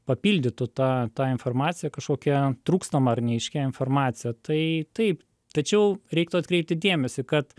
papildytų tą tą informaciją kažkokia trūkstama ar neaiškia informacija tai taip tačiau reiktų atkreipti dėmesį kad